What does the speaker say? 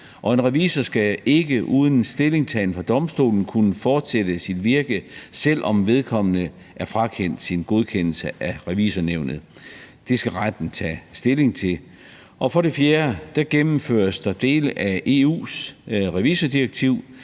og en revisor skal ikke uden en stillingtagen fra Domstolens side kunne fortsætte sit virke, selv om vedkommende er frakendt sin godkendelse af Revisornævnet. Det skal retten tage stilling til. For det fjerde gennemføres der dele af EU's revisordirektiv.